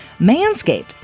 Manscaped